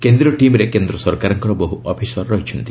କେନ୍ଦ୍ରୀୟ ଟିମ୍ରେ କେନ୍ଦ୍ର ସରକାରଙ୍କର ବହୁ ଅଫିସର ରହିଛନ୍ତି